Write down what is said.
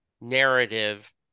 narrative